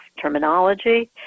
terminology